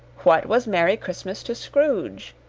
what was merry christmas to scrooge?